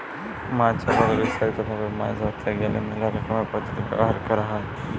মাছ আবাদে বিস্তারিত ভাবে মাছ ধরতে গ্যালে মেলা রকমের পদ্ধতি ব্যবহার ক্যরা হ্যয়